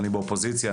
אני באופוזיציה,